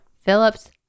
Phillip's